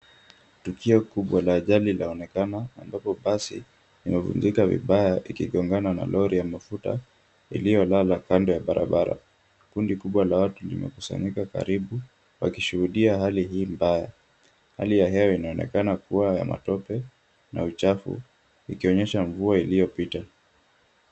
Tukio kubwa la ajali laonekana ambapo basi imevunjika vibaya ikigongana na lori ya mafuta iliyolala kando ya barabara. Kundi kubwa la watu limekusanyika karibu wakishuhudia hali hii mbaya. Hali ya hewa inaonekana kuwa ya matope na uchafu ikionyesha mvua iliyopita.